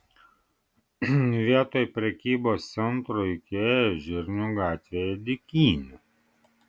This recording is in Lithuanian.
vietoj prekybos centro ikea žirnių gatvėje dykynė